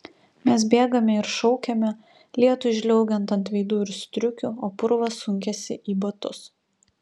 mes bėgame ir šaukiame lietui žliaugiant ant veidų ir striukių o purvas sunkiasi į batus